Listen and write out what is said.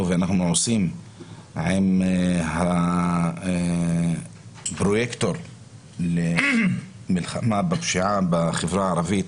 ואנחנו עושים עם הפרויקטור למלחמה בפשיעה בחברה הערבית,